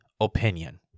opinion